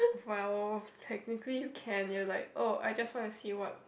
!wow! technically you can you are like I just want to see what